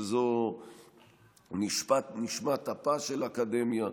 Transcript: שהוא נשמת אפה של אקדמיה.